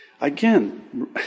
Again